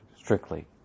Strictly